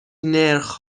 نرخ